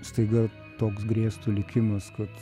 staiga toks grėstų likimas kad